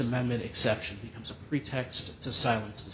amendment exception comes a pretext to silence